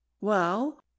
Well